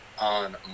on